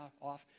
off